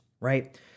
right